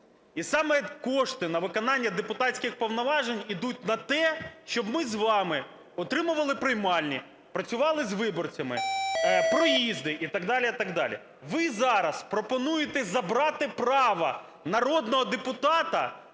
І саме кошти на виконання депутатських повноважень йдуть на те, щоб ми з вами утримували приймальні, працювали з виборцями, проїзди і так далі, і так далі. Ви зараз пропонуєте забрати право народного депутата